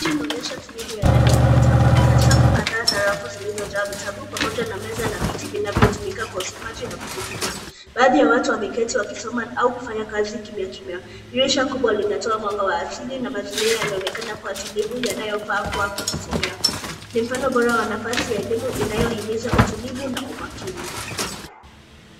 ...inaonyesha sehemu ya maktaba. Kuna safu kadhaa za rangi zilizojaa vitabu pamoja na meza na viti vinavyotumika kwa usomaji na kujifunza. Baadhi ya watu wameketi wakisoma au kufanya kazi kimya kimya. Dirisha kubwa linatoa mwanga wa asili na mazingira yanaonekana kuwa tulivu yanayofaa kuwa ya kujisomea. Ni mfano bora wa nafasi ya elimu inayohimiza utulivu na umakini.